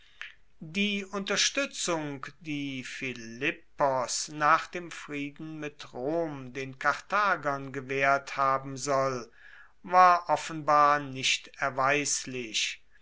die unterstuetzung die philippos nach dem frieden mit rom den karthagern gewaehrt haben sollte war offenbar nicht erweislich